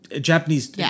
Japanese